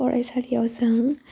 फरायसालियाव जों